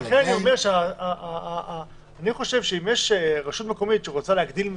אבל לכן --- אני חושב שאם יש רשות מקומית שרוצה להגדיל מיסים,